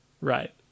Right